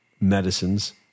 medicines